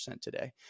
today